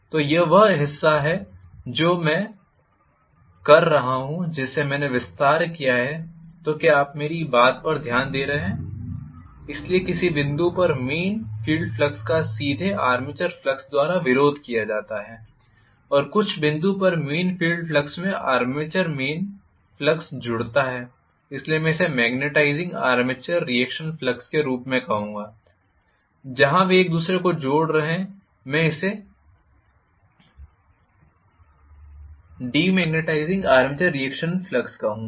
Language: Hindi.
तो यह वह हिस्सा है जो मैं कर रहा हूं जिसे मैंने विस्तार किया है तो क्या आप मेरी बात पर ध्यान दे रहे हैं इसलिए किसी बिंदु पर मेन फ़ील्ड फ्लक्स का सीधे आर्मेचर फ्लक्स द्वारा विरोध किया जाता है और कुछ बिंदु पर मेन फ़ील्ड फ्लक्स में आर्मेचर मेन फ्लक्स जुड़ता है इसलिए मैं इसे मेग्नेटाइज़िंग आर्मेचर रीएक्शन फ्लक्स के रूप में कहूंगा जहां वे एक दूसरे को जोड़ रहे हैं मैं इसे डिमैग्नेटाइज़िंग आर्मेचर रिएक्शन फ्लक्स कहूंगा